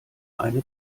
eine